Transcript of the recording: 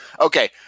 Okay